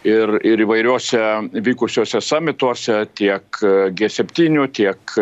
ir ir įvairiose vykusiosiose samituose tiek gie septynių tiek